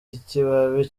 ikibabi